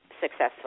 successful